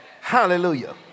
Hallelujah